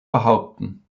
behaupten